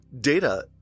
Data